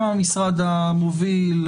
גם למשרד המוביל,